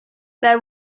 their